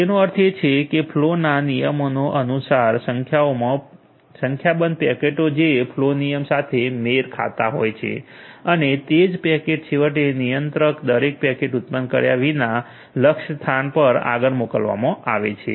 તેનો અર્થ એ કે ફ્લોના નિયમો અનુસાર સંખ્યાબંધ પેકેટો જે ફ્લો નિયમ સાથે મેળ ખાતા હોય છે અને તે જ પેકેટ છેવટે નિયંત્રક દરે પેકેટ ઉત્પન્ન કર્યા વિના લક્ષ્યસ્થાન પર આગળ મોકલવામાં આવે છે